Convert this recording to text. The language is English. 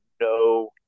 no